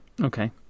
Okay